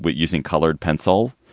but using colored pencil.